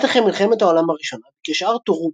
מעט אחרי מלחמת העולם הראשונה ביקש ארתור